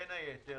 בין היתר,